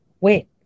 Wait